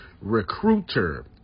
Recruiter